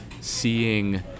seeing